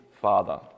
father